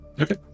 Okay